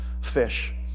fish